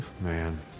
Man